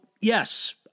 yes